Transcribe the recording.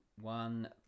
one